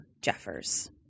Jeffers